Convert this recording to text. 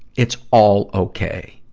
it's all okay.